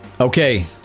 Okay